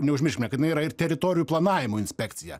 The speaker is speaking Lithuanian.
neužmirškime kad jinai yra ir teritorijų planavimo inspekcija